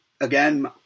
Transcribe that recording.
again